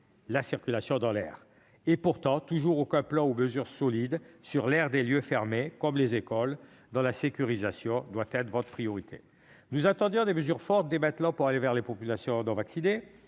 la qualité de l'air. Mais il n'y a toujours aucun plan ni aucune mesure solide sur l'air des lieux fermés, comme les écoles, dont la sécurisation devrait être votre priorité. Nous attendions des mesures fortes dès maintenant pour aller vers les populations non vaccinées,